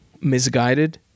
misguided